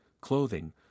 clothing